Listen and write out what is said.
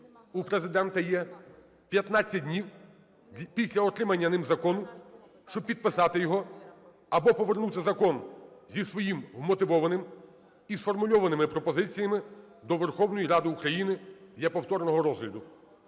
у Президента є 15 днів після отримання ним закону, щоб підписати його або повернути закон зі своїми вмотивованими і сформульованими пропозиціями до Верховної Ради України для повторного розгляду.